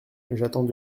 j’attends